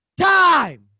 time